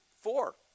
four